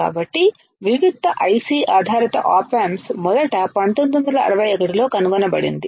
కాబట్టి వివిక్త IC ఆధారిత ఆప్ ఆంప్స్ మొదట 1961 లో కనుగొనబడింది